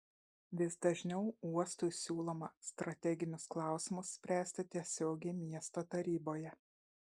vis dažniau uostui siūloma strateginius klausimus spręsti tiesiogiai miesto taryboje